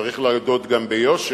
צריך גם להודות ביושר,